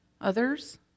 Others